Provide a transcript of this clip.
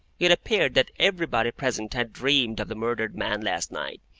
it appeared that everybody present had dreamed of the murdered man last night,